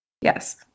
Yes